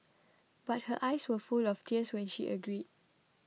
but her eyes were full of tears when she agreed